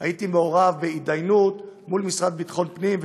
הייתי מעורב בהתדיינות עם המשרד לביטחון פנים,